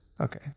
Okay